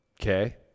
okay